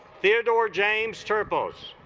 theodore james turbos